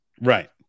Right